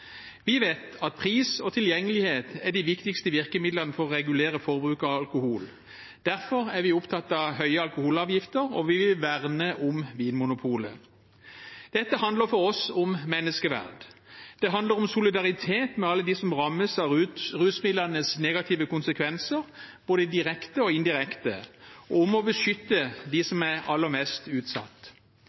Vi vet at pris og tilgjengelighet er de viktigste virkemidlene for å regulere forbruket av alkohol. Derfor er vi opptatt av høye alkoholavgifter, og vi vil verne om Vinmonopolet. Dette handler for oss om menneskeverd. Det handler om solidaritet med alle dem som rammes av rusmidlenes negative konsekvenser, både direkte og indirekte, og om å beskytte dem som er aller mest utsatt.